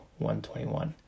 121